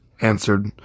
answered